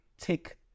take